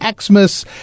Xmas